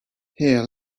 here